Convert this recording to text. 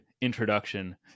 introduction